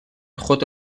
خود